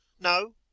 No